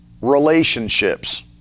relationships